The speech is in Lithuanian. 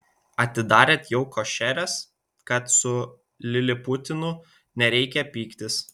atidarėt jau košeres kad su liliputinu nereikia pyktis